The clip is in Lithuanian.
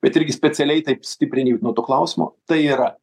bet irgi specialiai taip stipriai nejudinau to klausimo tai yra